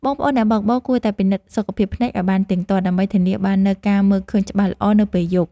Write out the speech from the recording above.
បងប្អូនអ្នកបើកបរគួរតែពិនិត្យសុខភាពភ្នែកឱ្យបានទៀងទាត់ ដើម្បីធានាបាននូវការមើលឃើញច្បាស់ល្អនៅពេលយប់។